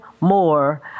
more